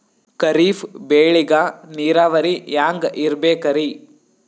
ಖರೀಫ್ ಬೇಳಿಗ ನೀರಾವರಿ ಹ್ಯಾಂಗ್ ಇರ್ಬೇಕರಿ?